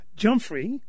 Jumfrey